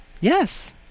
Yes